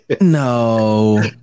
no